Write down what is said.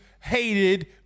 hated